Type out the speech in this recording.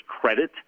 credit